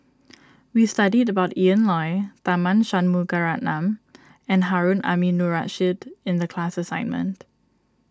we studied about Ian Loy Tharman Shanmugaratnam and Harun Aminurrashid in the class assignment